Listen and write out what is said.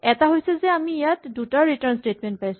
এটা হৈছে যে আমি ইয়াত দুটা ৰিটাৰ্ন স্টেটমেন্ট পাইছো